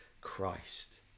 Christ